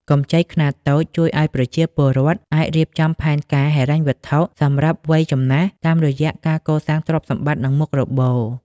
កម្ចីខ្នាតតូចជួយឱ្យប្រជាពលរដ្ឋអាចរៀបចំផែនការហិរញ្ញវត្ថុសម្រាប់វ័យចំណាស់ តាមរយៈការកសាងទ្រព្យសម្បត្តិ និងមុខរបរ។